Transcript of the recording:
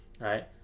Right